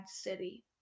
city